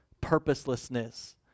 purposelessness